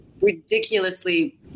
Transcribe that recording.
ridiculously